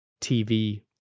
TV